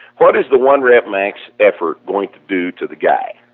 what is the one-rep max effort going to do to the guy.